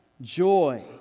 joy